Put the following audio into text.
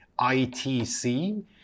ITC